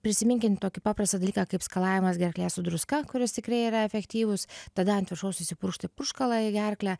prisiminkim tokį paprastą dalyką kaip skalavimas gerklės su druska kuris tikrai yra efektyvus tada ant viršaus įsipurkšti purškalą į gerklę